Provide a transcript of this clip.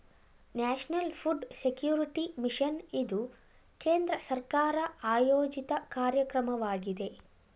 national food security mission ಇದು ಕೇಂದ್ರ ಸರ್ಕಾರ ಆಯೋಜಿತ ಕಾರ್ಯಕ್ರಮವಾಗಿದೆ